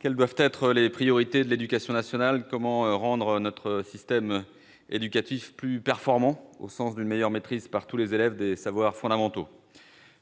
quelles doivent être les priorités de l'éducation nationale ? Comment rendre notre système éducatif plus performant, au sens d'une meilleure maîtrise par tous les élèves des savoirs fondamentaux ?